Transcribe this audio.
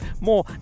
more